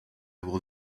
will